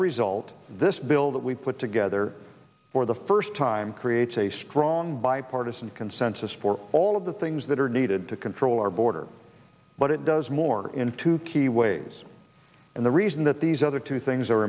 result this bill that we put together for the first time creates a strong bipartisan consensus for all of the things that are needed to control our border but it does more in two key ways and the reason that these other two things are